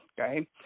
okay